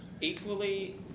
equally